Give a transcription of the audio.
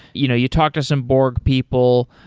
you know you talked to some borg people,